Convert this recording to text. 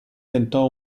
tentò